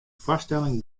foarstelling